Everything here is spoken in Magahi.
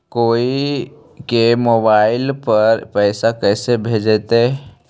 कोई के मोबाईल पर पैसा कैसे भेजइतै?